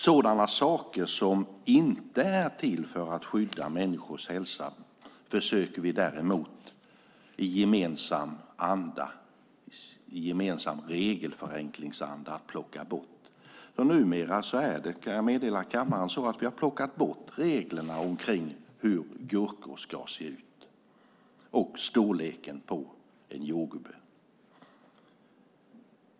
Sådana saker som inte är till för att skydda människors hälsa försöker vi däremot i gemensam regelförenklingsanda att plocka bort. Numera är det så, kan jag meddela kammaren, att vi har plockat bort reglerna för hur gurkor ska se ut och storleken på en jordgubbe.